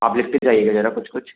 आप लिखते जाइएगा ज़रा कुछ कुछ